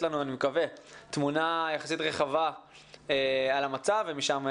לנו תמונה יחסית רחבה על המצב ומשם נמשיך.